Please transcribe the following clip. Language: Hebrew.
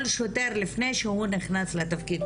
כל שוטר שהוא נכנס לתפקיד,